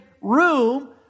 room